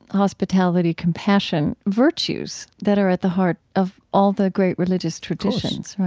hospitality, compassion virtues that are at the heart of all the great religious traditions, right?